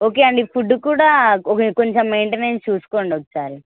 okay అండి food కూడా కొవే కొంచెం మెయింటెనెన్స్ చూసుకోండి ఒకసారి